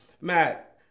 Matt